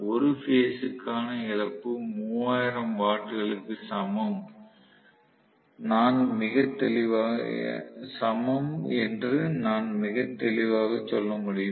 ஒரு பேஸ் க்கான இழப்பு 3000 வாட்களுக்கு சமம் என்று நான் மிக தெளிவாக சொல்ல முடியும்